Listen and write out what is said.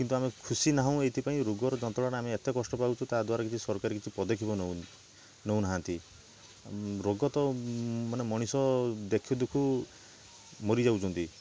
କିନ୍ତୁ ଆମେ ଖୁସି ନାହୁଁ ଏଇଥିପାଇଁ ରୋଗର ଯନ୍ତ୍ରଣା ଆମେ ଏତେ କଷ୍ଟ ପାଉଛୁ ତାଦ୍ଵାରା ସରକାର କିଛି ପଦକ୍ଷେପ ନଉନି ନେଉନାହାଁନ୍ତି ରୋଗ ତ ମାନେ ମଣିଷ ଦେଖୁ ଦେଖୁ ମରିଯାଉଛନ୍ତି